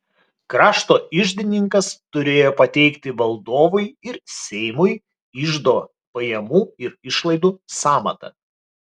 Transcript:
krašto iždininkas turėjo pateikti valdovui ir seimui iždo pajamų ir išlaidų sąmatą